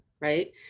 right